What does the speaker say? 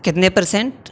کتنے پرسنٹ